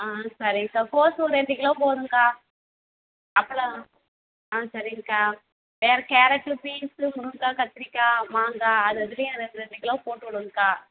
ஆ சரிங்க்கா கோஸு ஒரு ரெண்டு கிலோ போதும்க்கா அப்புறம் ஆ சரிங்க்கா வேற கேரட்டு பீன்ஸு முருங்காய் கத்திரிக்காய் மாங்காய் அதிதுலையும் ரெண் ரெண்டு கிலோ போட்டுவுடுங்க்கா